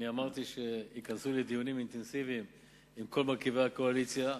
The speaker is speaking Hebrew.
אמרתי שייכנסו לדיונים אינטנסיביים עם כל מרכיבי הקואליציה,